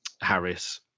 Harris